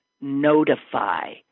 notify